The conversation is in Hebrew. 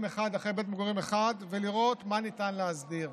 אחרי בית מגורים כדי לראות מה ניתן להסדיר.